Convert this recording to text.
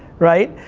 right.